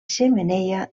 xemeneia